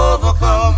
overcome